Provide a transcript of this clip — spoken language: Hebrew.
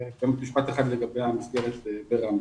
לגבי האגף.